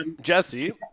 Jesse